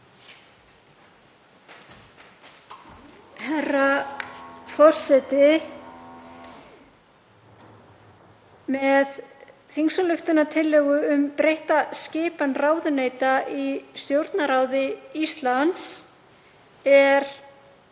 Herra forseti. Með þingsályktunartillögu um breytta skipan ráðuneyta í Stjórnarráði Íslands er